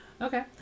Okay